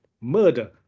Murder